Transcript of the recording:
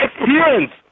experience